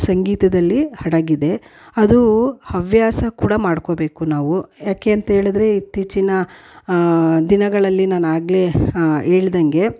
ಸಂಗೀತದಲ್ಲಿ ಅಡಗಿದೆ ಅದು ಹವ್ಯಾಸ ಕೂಡ ಮಾಡ್ಕೊಬೇಕು ನಾವು ಯಾಕೆ ಅಂತ್ಹೇಳಿದ್ರೆ ಇತ್ತೀಚಿನ ದಿನಗಳಲ್ಲಿ ನಾನು ಆಗಲೇ ಹೇಳ್ದಂಗೆ